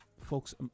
folks